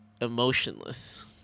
emotionless